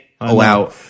allow